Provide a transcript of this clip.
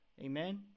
Amen